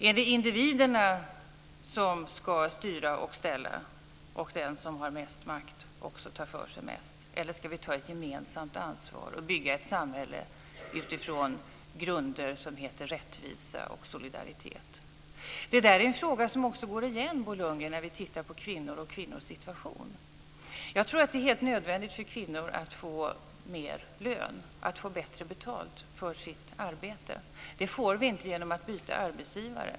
Är det individerna som ska styra och ställa, där den som har mest makt också tar för sig mest, eller ska vi ta ett gemensamt ansvar och bygga ett samhälle utifrån grunder som heter rättvisa och solidaritet? Det där är en fråga som också går igen, Bo Lundgren, när vi tittar närmare på kvinnors situation. Jag tror att det är helt nödvändigt för kvinnor att få högre lön, att få bättre betalt för sitt arbete. Det får vi inte genom att byta arbetsgivare.